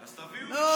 יואב, הם ביטלו.